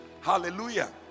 Hallelujah